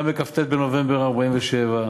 גם בכ"ט בנובמבר 1947,